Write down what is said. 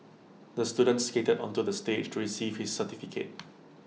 the student skated onto the stage to receive his certificate